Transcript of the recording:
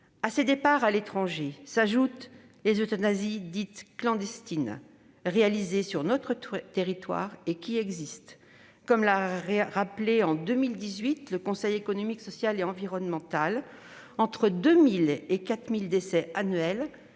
À ces départs à l'étranger s'ajoutent les euthanasies dites clandestines réalisées sur notre territoire : comme l'a rappelé en 2018 le Conseil économique, social et environnemental, entre 2 000 et 4 000 décès annuels